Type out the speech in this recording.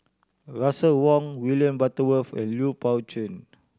Russel Wong William Butterworth and Lui Pao Chuen